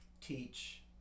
teach